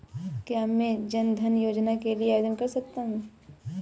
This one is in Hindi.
क्या मैं जन धन योजना के लिए आवेदन कर सकता हूँ?